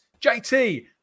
JT